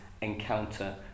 encounter